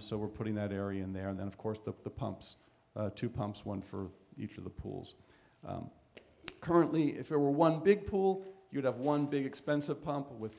so we're putting that area in there and then of course the pumps to pump one for each of the pools currently if there were one big pool you'd have one big expensive pump with